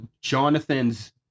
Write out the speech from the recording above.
Jonathan's